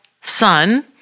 son